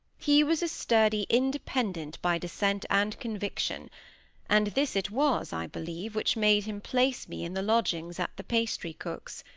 he was a sturdy independent by descent and conviction and this it was, i believe, which made him place me in the lodgings at the pastry-cook's.